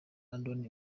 london